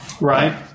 Right